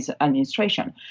administration